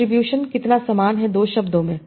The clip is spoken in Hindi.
एट्रीब्युशन कितना सामान है 2 शब्दों में